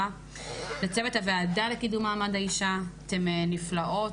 לצוות הוועדה לקידום מעד האישה אתן נפלאות,